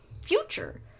future